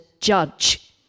judge